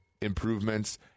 improvements